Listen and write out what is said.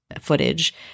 footage